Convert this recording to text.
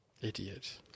Idiot